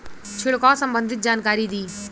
छिड़काव संबंधित जानकारी दी?